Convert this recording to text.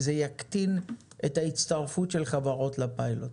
זה יקטין את ההצטרפות של חברות לפיילוט.